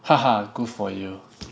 good for you